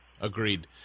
agreed